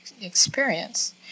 experience